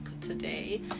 today